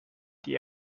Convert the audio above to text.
die